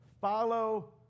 follow